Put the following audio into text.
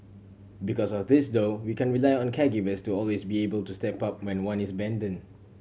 because of this though we can rely on caregivers to always be able to step up when one is abandoned